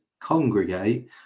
congregate